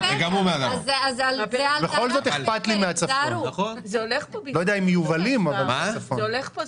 שאלה עכשיו לדיון, זה פשוט